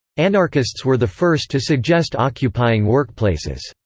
anarchists were the first to suggest occupying workplaces.